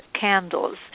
candles